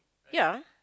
ya